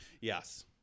yes